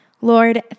Lord